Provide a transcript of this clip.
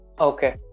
Okay